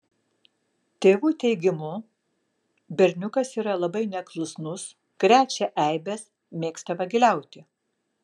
tėvų teigimu berniukas yra labai neklusnus krečia eibes mėgsta vagiliauti